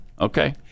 Okay